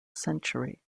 century